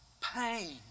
pain